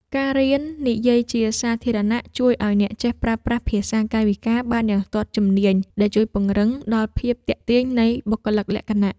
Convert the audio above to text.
ការរៀននិយាយជាសាធារណៈជួយឱ្យអ្នកចេះប្រើប្រាស់ភាសាកាយវិការបានយ៉ាងស្ទាត់ជំនាញ ដែលជួយពង្រឹងដល់ភាពទាក់ទាញនៃបុគ្គលិកលក្ខណៈ។